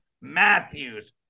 Matthews